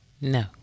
No